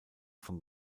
von